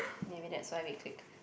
maybe that's why we clicked